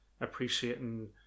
appreciating